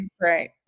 Right